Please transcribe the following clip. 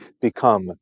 become